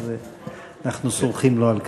אז אנחנו סולחים לו על כך.